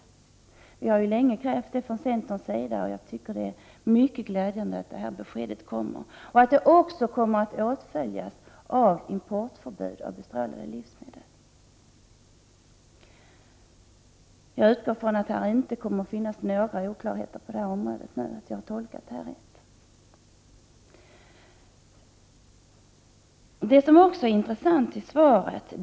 Vi i centern har länge krävt det, och jag tycker därför att det är mycket glädjande att detta besked kommer och att det skall följas av ett förbud mot import av bestrålade livsmedel. Jag utgår från att det inte kommer att finnas några oklarheter på detta område och att jag har tolkat detta på ett riktigt sätt.